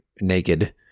naked